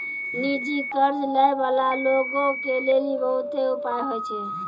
निजी कर्ज लै बाला लोगो के लेली बहुते उपाय होय छै